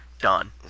done